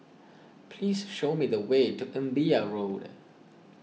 please show me the way to Imbiah Road